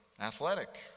athletic